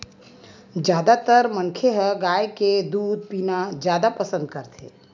जादातर मनखे ह गाय के दूद पीना जादा पसंद करथे